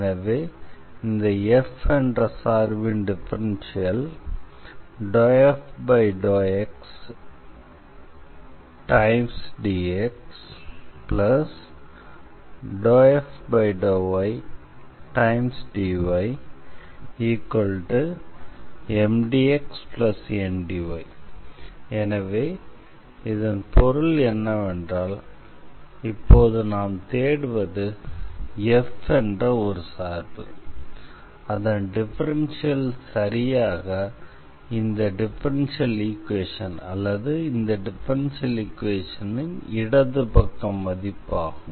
எனவே இந்த f என்ற சார்பின் டிஃபரன்ஷியல் ∂f∂xdx∂f∂ydyMdxNdy எனவே இதன் பொருள் என்னவென்றால் இப்போது நாம் தேடுவது f என்ற ஒரு சார்பு அதன் டிஃபரன்ஷியல் சரியாக இந்த டிஃபரன்ஷியல் ஈக்வேஷன் அல்லது இந்த டிஃபரன்ஷியல் ஈக்வேஷனின் இடது பக்க மதிப்பு ஆகும்